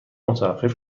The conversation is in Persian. متوقف